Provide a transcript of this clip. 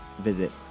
visit